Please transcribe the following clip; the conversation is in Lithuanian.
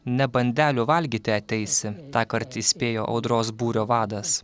ne bandelių valgyti ateisi tąkart įspėjo audros būrio vadas